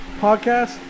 podcast